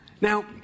Now